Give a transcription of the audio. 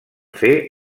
fer